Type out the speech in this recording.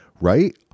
right